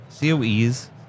COEs